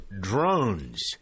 drones